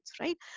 right